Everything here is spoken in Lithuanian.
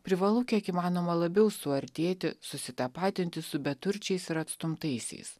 privalu kiek įmanoma labiau suartėti susitapatinti su beturčiais ir atstumtaisiais